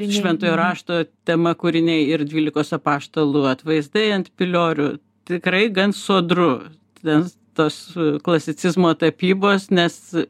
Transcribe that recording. šventojo rašto tema kūriniai ir dvylikos apaštalų atvaizdai ant piliorių tikrai gan sodru ten tos klasicizmo tapybos nes